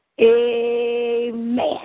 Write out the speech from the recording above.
Amen